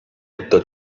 tutto